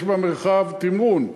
יש בה מרחב תמרון,